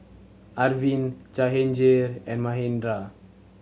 Arvind Jehangirr and Manindra